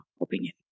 opinion